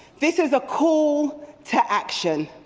this is a call to action.